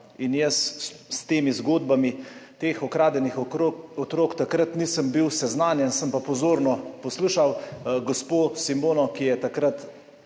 Jaz s temi zgodbami teh ukradenih otrok takrat nisem bil seznanjen, sem pa pozorno poslušal gospo Simono, ki je takrat